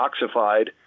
toxified